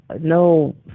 no